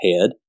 head